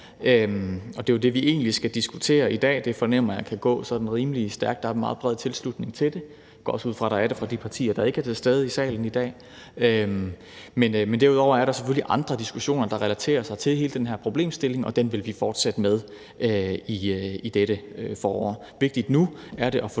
jeg frem til den videre behandling, og den fornemmer jeg egentlig kan gå sådan rimelig stærkt; der er en meget bred tilslutning til det, og det går jeg også ud fra at der er fra de partier, der ikke er til stede i salen i dag. Men derudover er der selvfølgelig andre diskussioner, der relaterer sig til hele den her problemstilling, og dem vil vi fortsætte med i dette forår.